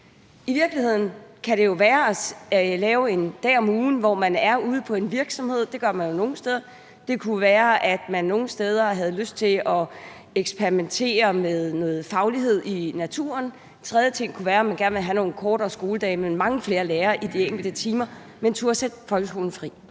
I virkeligheden kan det jo være at lave en dag om ugen, hvor man er ude på en virksomhed – det gør man nogle steder. Det kunne være, at man nogle steder havde lyst til at eksperimentere med faglighed i naturen. Og en tredje ting kunne være, at man gerne ville have nogle kortere skoledage med mange flere lærere i de enkelte timer. Men det handler